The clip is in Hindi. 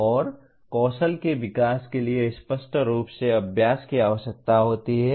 और कौशल के विकास के लिए स्पष्ट रूप से अभ्यास की आवश्यकता होती है